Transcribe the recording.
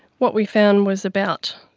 what we found was about